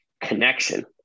connection